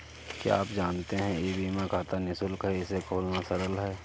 क्या आप जानते है ई बीमा खाता निशुल्क है, इसे खोलना सरल है?